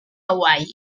hawaii